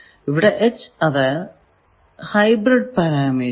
ഇവിടെ h അത് hybrid parameter ആണ്